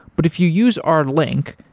but if you use our link,